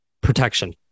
protection